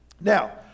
Now